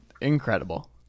Incredible